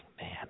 Man